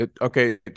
okay